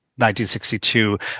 1962